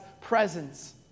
presence